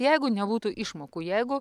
jeigu nebūtų išmokų jeigu